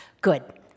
Good